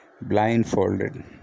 blindfolded